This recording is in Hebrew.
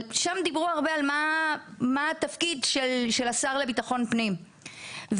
שם דברו הרבה על מה התפקיד של השר לביטחון פנים ונזכיר